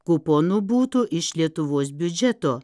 kuponų būtų iš lietuvos biudžeto